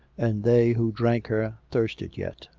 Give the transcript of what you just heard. and they who drank her thirsted yet.